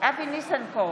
אבי ניסנקורן,